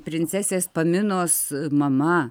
princesės paminos mama